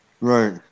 Right